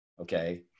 Okay